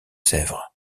sèvres